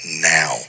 now